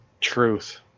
Truth